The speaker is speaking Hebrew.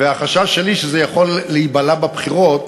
שזה יכול להיבלע בבחירות.